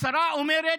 השרה אומרת: